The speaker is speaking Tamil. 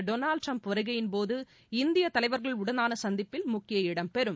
டொனாவ்ட் டிரம்ப் வருகையின் போது இந்திய தலைவா்களுடனான சந்திப்பில் முக்கிய இடம்பெறும்